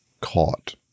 caught